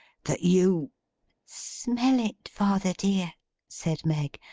that you smell it, father dear said meg.